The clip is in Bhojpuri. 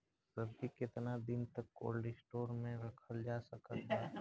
सब्जी केतना दिन तक कोल्ड स्टोर मे रखल जा सकत बा?